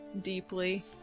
deeply